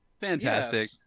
Fantastic